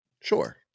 Sure